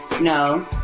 No